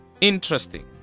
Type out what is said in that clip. Interesting